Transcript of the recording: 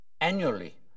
annually